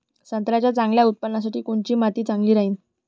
संत्र्याच्या चांगल्या उत्पन्नासाठी कोनची माती चांगली राहिनं?